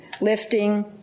Lifting